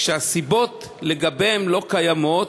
כשהסיבות לגביהם לא קיימות.